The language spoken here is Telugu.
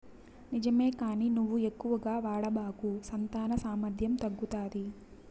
నిజమే కానీ నువ్వు ఎక్కువగా వాడబాకు సంతాన సామర్థ్యం తగ్గుతాది